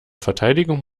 verteidigung